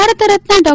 ಭಾರತ ರತ್ನ ಡಾ